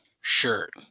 shirt